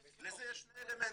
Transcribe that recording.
לזה יש שני אלמנטים,